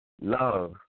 love